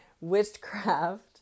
witchcraft